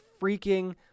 freaking